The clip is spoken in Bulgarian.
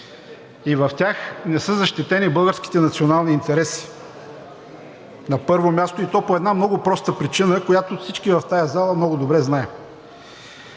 и в тях не са защитени българските национални интереси, на първо място, и то по една много проста причина, която всички в тази зала много добре знаем.